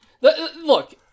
Look